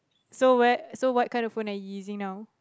so where so what kind of phone are you using now